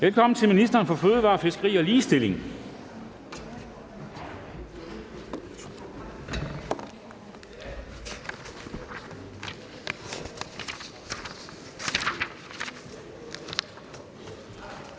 Velkommen til ministeren for fødevarer, fiskeri og ligestilling.